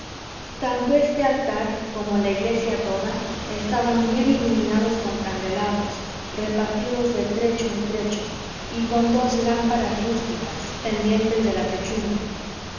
tanto este altar como la iglesia toda estaban bien iluminados con candelabros repartidos de trecho en trecho y con dos lámparas rústicas pendientes de la techumbre